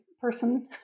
person